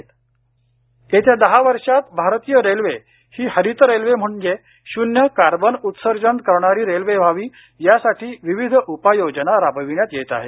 green railway येत्या दहा वर्षात भारतीय रेल्वे ही हरीत रेल्वे म्हणजे शून्य कार्बन उत्सर्जन करणारी रेल्वे व्हावी यासाठी विविध उपाययोजना राबविण्यात येत आहेत